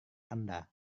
anda